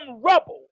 rubble